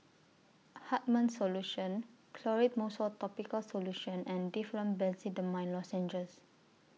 Hartman's Solution Clotrimozole Topical Solution and Difflam Benzydamine Lozenges